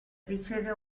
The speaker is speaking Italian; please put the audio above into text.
riceve